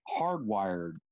hardwired